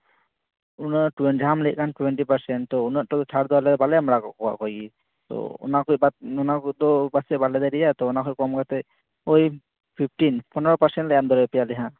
ᱚᱱᱟ ᱡᱟᱦᱟᱢ ᱞᱟᱹᱭᱮᱫ ᱠᱟᱱ ᱴᱩᱭᱮᱱᱴᱤ ᱯᱟᱨᱥᱮᱱ ᱛᱚ ᱩᱱᱟᱹᱜ ᱫᱚ ᱟᱞᱮ ᱪᱷᱟᱲ ᱫᱚ ᱵᱟᱞᱮ ᱮᱢ ᱵᱟᱲᱟᱣ ᱠᱟᱜ ᱠᱚᱣᱟ ᱚᱠᱚᱭᱜᱮ ᱛᱚ ᱚᱱᱟ ᱠᱚᱫᱚ ᱵᱟᱫᱽ ᱚᱱᱟ ᱠᱚᱫᱚ ᱯᱟᱥᱮᱡ ᱵᱟᱞᱮ ᱫᱟᱲᱮᱭᱟᱜ ᱛᱚ ᱚᱱᱟ ᱠᱷᱚᱱ ᱠᱚᱢ ᱠᱟᱛᱮ ᱳᱭ ᱯᱷᱤᱯᱴᱤᱱ ᱯᱚᱱᱨᱚ ᱯᱟᱨᱥᱮᱱ ᱞᱮ ᱮᱢ ᱫᱟᱲᱮᱭᱟᱯᱮᱭᱟ ᱦᱟᱸᱜ